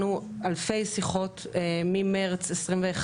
קיבלנו אלפי שיחות ממרץ 2021,